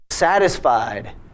satisfied